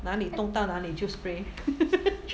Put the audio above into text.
哪里动到哪里就 spray